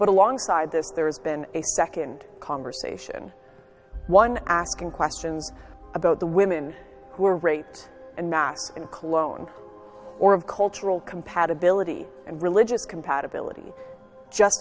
but alongside this there's been a nd conversation one asking questions about the women who are raped and mass in cologne or of cultural compatibility and religious compatibility just